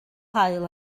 haul